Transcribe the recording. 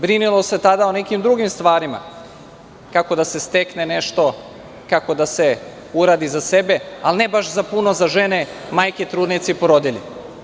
Brinulo se tada o nekim drugim stvarima, kako da se stekne nešto, kako da se uradi za sebe, ali ne baš puno za žene, majke, trudnice i porodilje.